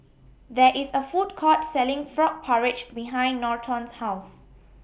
There IS A Food Court Selling Frog Porridge behind Norton's House